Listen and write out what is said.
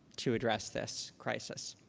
to address this crisis?